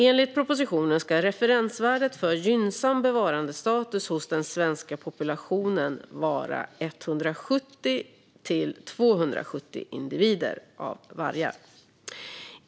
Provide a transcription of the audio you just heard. Enligt propositionen ska referensvärdet för gynnsam bevarandestatus hos den svenska populationen av varg vara 170-270 individer.